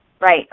Right